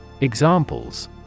Examples